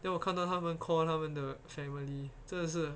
then 我看到他们 call 他们的 family 真的是